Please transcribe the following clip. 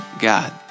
God